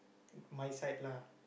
my side lah